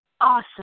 awesome